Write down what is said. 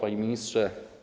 Panie Ministrze!